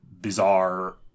bizarre